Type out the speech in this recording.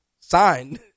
signed